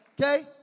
Okay